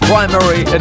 Primary